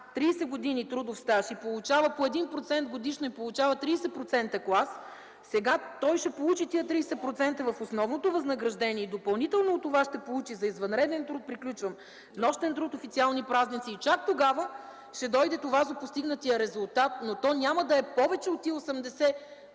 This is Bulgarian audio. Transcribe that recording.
30 години трудов стаж и получава по 1% годишно, той получава 30% клас. Сега ще получи тези 30% в основното възнаграждение и допълнително от това ще получи за извънреден труд, нощен труд, официални празници и чак тогава ще дойде това за постигнатия резултат, но то няма да е повече от тези